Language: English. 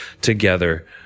together